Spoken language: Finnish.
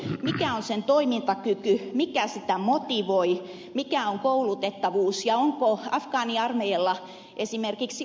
mikä on sen toimintakyky mikä sitä motivoi mikä on koulutettavuus ja onko afgaaniarmeijalla esimerkiksi ongelmia